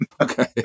Okay